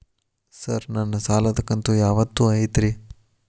Sir ನನ್ನ ಸಾಲದ ಕಂತು ಯಾವತ್ತೂ ಐತ್ರಿ?